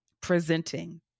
presenting